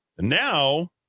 Now